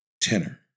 tenor